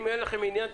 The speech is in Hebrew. אם אין לכם עניין,